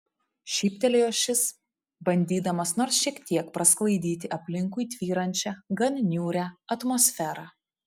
šyptelėjo šis bandydamas nors šiek tiek prasklaidyti aplinkui tvyrančią gan niūrią atmosferą